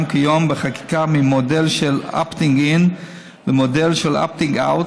כיום בחקיקה ממודל של opting in למודל של opting out,